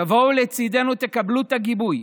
תבואו לצידנו, תקבלו את הגיבוי.